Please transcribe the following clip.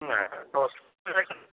ନା ନା